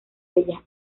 bellas